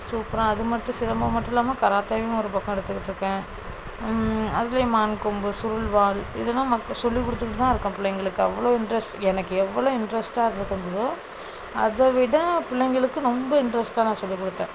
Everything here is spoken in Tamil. சூப்ராக அது மட்டும் சிலம்பம் மட்டும் இல்லாமல் கராத்தேயும் ஒரு பக்கம் எடுத்துக்கிட்டுருக்கேன் அதுலையும் மான் கொம்பு சுருள்வாள் இதெலாம் மக்க சொல்லி கொடுத்துகிட்டுதான் இருக்கேன் பிள்ளைங்களுக்கு அவ்வளோ இன்ட்ரெஸ்ட் எனக்கு எவ்வளோ இன்ட்ரெஸ்ட்டாக இருந்துகிட்டு இருந்துதோ அதை விட பிள்ளைங்களுக்கு ரொம்ப இன்ட்ரெஸ்ட்டாக நான் சொல்லி கொடுத்தேன்